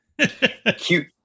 Cute